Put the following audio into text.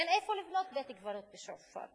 אין איפה לבנות בית-קברות בשועפאט,